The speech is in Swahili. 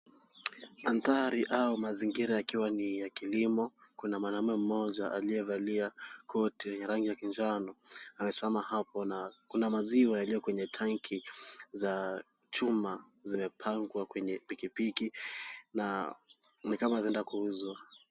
Mandhari au mazingira yakiwa ni ya kilimo. Kuna mwanamume mmoja aliyevalia koti yenye rangi ya kinjano, amesimama hapo na kuna maziwa yaliyo kwenye tanki za chuma zimepangwa kwenye pikipiki, na ni kama zaenda kuuzwa.